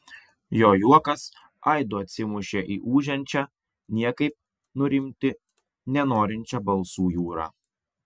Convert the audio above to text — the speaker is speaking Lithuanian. jo juokas aidu atsimušė į ūžiančią niekaip nurimti nenorinčią balsų jūrą